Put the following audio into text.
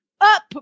up